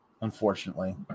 Unfortunately